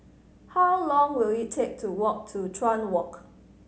how long will it take to walk to Chuan Walk